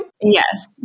yes